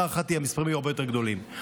להערכתי, המספרים יהיו הרבה יותר גדולים.